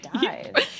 died